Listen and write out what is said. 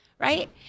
right